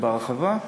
ובהרחבה.